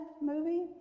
movie